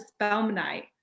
Spelmanite